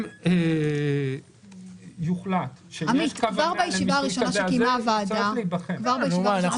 אם יוחלט --- זה צריך להיבחן.